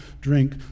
drink